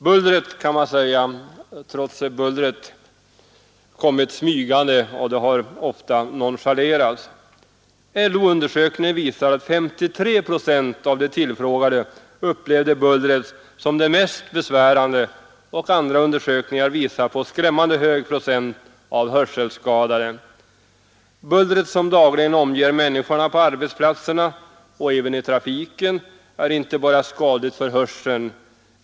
Bullret har, kan man säga, trots oljudet kommit smygande, och det har ofta nonchalerats. LO-undersökningen visade att 53 procent av de tillfrågade upplevde bullret som det mest besvärande, och andra undersökningar visar skrämmande hög procent av hörselskadade. Bullret som dagligen omger människorna på arbetsplatserna och även i trafiken är inte bara skadligt för hörseln.